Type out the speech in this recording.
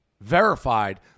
verified